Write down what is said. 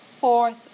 Fourth